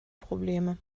probleme